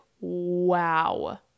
wow